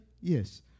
Yes